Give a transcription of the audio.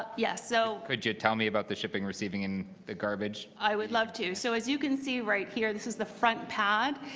yes. so could you tell me about the shipping, receiving, and the garbage? i would love to. so as you can see right here, this is the front path.